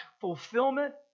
fulfillment